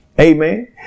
Amen